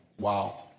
Wow